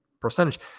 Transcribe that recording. percentage